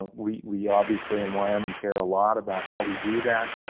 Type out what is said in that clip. ah we we obviously in wyoming care a lot about how we do that.